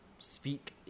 speak